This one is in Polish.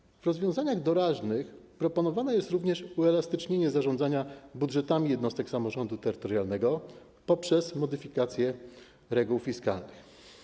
W przypadku rozwiązań doraźnych proponowane jest również uelastycznienie zarządzania budżetami jednostek samorządu terytorialnego przez modyfikację reguł fiskalnych.